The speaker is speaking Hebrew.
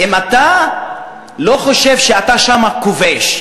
אם אתה לא חושב שאתה שם הכובש,